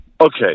Okay